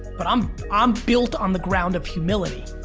but i'm um built on the ground of humility.